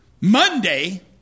Monday